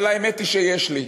אבל האמת היא שיש לי.